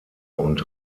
und